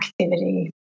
activity